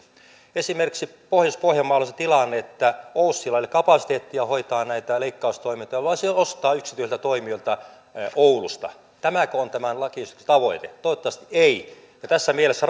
esimerkiksi pohjois pohjanmaalla on se tilanne että oysillä ei ole kapasiteettia hoitaa näitä leikkaustoimintoja vaan se ostaa yksityisiltä toimijoilta oulusta tämäkö on tämän lakiesityksen tavoite toivottavasti ei tässä mielessä